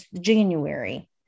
january